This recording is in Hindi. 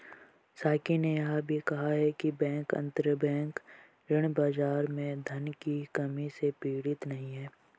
साकी ने यह भी कहा कि बैंक अंतरबैंक ऋण बाजार में धन की कमी से पीड़ित नहीं हैं